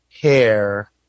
hair